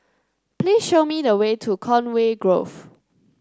please show me the way to Conway Grove